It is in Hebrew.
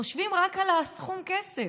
חושבים רק על סכום הכסף,